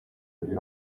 jüri